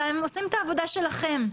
אלא הם עושים את העבודה שלכם,